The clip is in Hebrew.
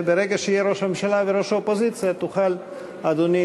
ברגע שיגיעו ראש הממשלה וראש האופוזיציה תוכל להתחיל,